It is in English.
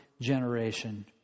generation